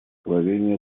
словения